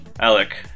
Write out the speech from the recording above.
Alec